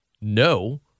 no